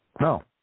No